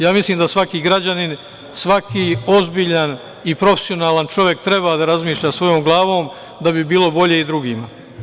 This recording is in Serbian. Ja mislim da svaki građanin, svaki ozbiljan i profesionalan čovek treba da razmišlja svojom glavom da bi bilo bolje i drugima.